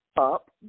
up